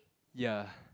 ya